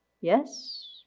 Yes